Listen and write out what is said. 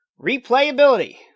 Replayability